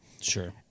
Sure